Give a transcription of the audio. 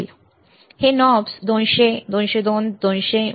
हे knobs 200 20 2 200 millivolts आहेत